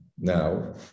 now